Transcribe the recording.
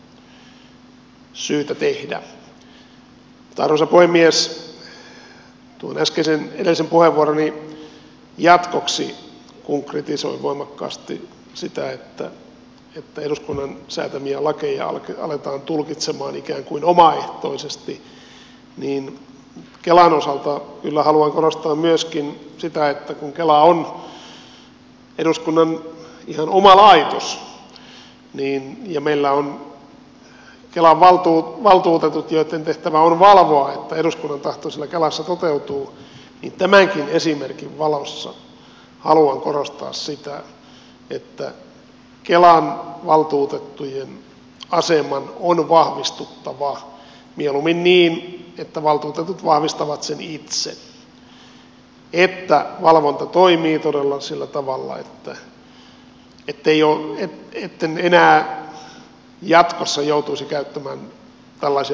mutta arvoisa puhemies tuon edellisen puheenvuoroni jatkoksi kun kritisoin voimakkaasti sitä että eduskunnan säätämiä lakeja aletaan tulkitsemaan ikään kuin omaehtoisesti niin kelan osalta kyllä haluan korostaa myöskin sitä että kun kela on eduskunnan ihan oma laitos ja meillä on kelan valtuutetut joitten tehtävä on valvoa että eduskunnan tahto siellä kelassa toteutuu niin tämänkin esimerkin valossa haluan korostaa sitä että kelan valtuutettujen aseman on vahvistuttava mieluummin niin että valtuutetut vahvistavat sen itse että valvonta toimii todella sillä tavalla etten enää jatkossa joutuisi käyttämään tällaisia puheenvuoroja kuin tänään